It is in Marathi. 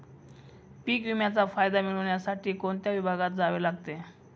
पीक विम्याचा फायदा मिळविण्यासाठी कोणत्या विभागात जावे लागते?